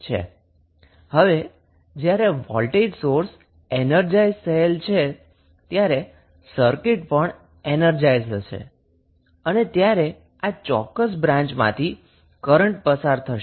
હવે જ્યારે voltage source energise થયેલો છે ત્યારે સર્કિટ પણ એનર્જાઈઝ હશે અને ત્યારે આ ચોક્કસ બ્ર્રાન્ચમાંથી કરન્ટ પસાર થશે